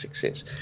success